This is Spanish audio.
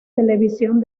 televisión